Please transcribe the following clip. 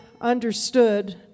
understood